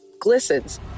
glistens